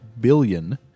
billion